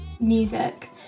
music